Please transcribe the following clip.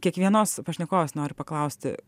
kiekvienos pašnekovės noriu paklausti